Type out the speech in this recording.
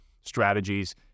strategies